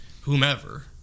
whomever